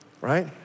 Right